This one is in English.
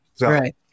Right